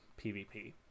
PvP